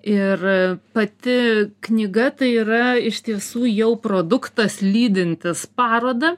ir pati knyga tai yra iš tiesų jau produktas lydintis parodą